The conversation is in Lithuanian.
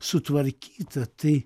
sutvarkyta tai